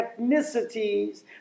ethnicities